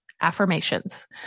affirmations